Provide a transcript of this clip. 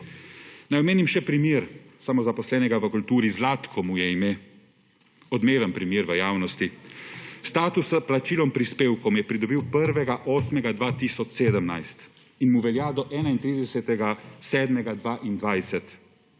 Naj omenim še primer samozaposlenega v kulturi, Zlatko mu je ime, odmeven primer v javnosti. Status s plačilom prispevka je pridobil 1. 8. 2017 in mu velja do 31. 7. 2022.